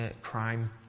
crime